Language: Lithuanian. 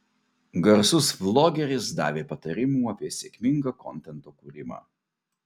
garsus vlogeris davė patarimų apie sėkmingą kontento kūrimą